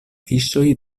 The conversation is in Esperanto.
fiŝoj